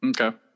Okay